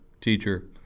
teacher